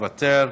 מוותר,